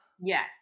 Yes